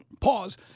pause